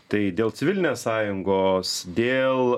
tai dėl civilinės sąjungos dėl